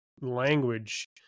language